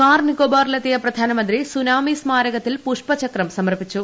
car നിക്കോബാറിലെത്തിയ പ്രധാനമന്ത്രി tsunami സ്മാരകത്തിൽ പുഷ്പചക്രം സമർപ്പിച്ചു